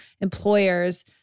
employers